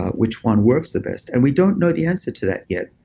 ah which one works the best? and we don't know the answer to that yet.